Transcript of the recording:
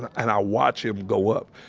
and i watch him go up,